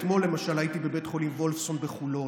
אתמול, למשל, הייתי בבית חולים וולפסון בחולון.